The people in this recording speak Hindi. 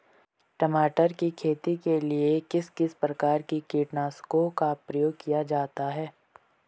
टमाटर की खेती के लिए किस किस प्रकार के कीटनाशकों का प्रयोग किया जाता है?